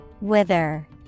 Wither